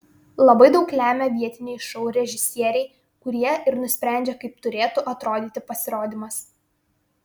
labai daug lemia vietiniai šou režisieriai kurie ir nusprendžia kaip turėtų atrodyti pasirodymas